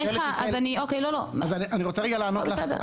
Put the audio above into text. אני רוצה רגע לענות לך,